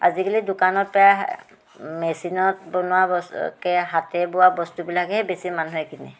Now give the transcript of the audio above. আজিকালি দোকানত প্ৰায় মেচিনত বনোৱা বস্তুতকৈ হাতে বোৱা বস্তুবিলাকহে মানুহে বেছি কিনে